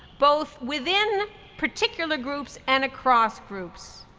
both within particular groups and across groups.